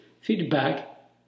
feedback